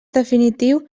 definitiu